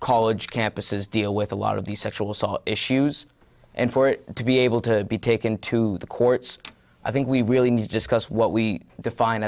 college campuses deal with a lot of these sexual assault issues and for it to be able to be taken to the courts i think we really need discuss what we define